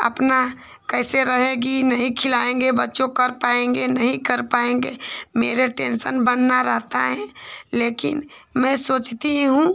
अपना कैसे रहेगी नहीं खिलाएँगे बच्चे कर पाएँगे नहीं कर पाएँगे मेरा टेन्शन बना रहता है लेकिन मैं सोचती हूँ